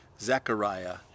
Zechariah